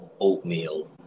oatmeal